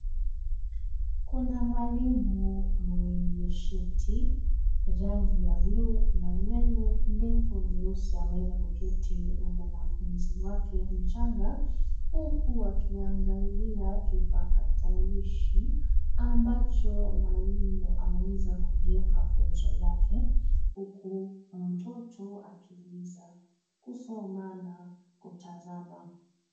Kuna mwalimu mwenye shati rangi ya buluu na nywele ndefu nyeusi ameweza kuketi na mwanafunzi wake mchanga, huku wakiangalia kipakatalishi ambacho mwalimu ameweza kuliweka funzo lake huku mtoto akiweza kusoma na kutazama.